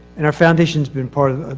and our foundation's been part of, of,